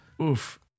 Oof